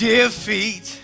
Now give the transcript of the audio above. Defeat